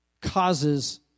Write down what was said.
causes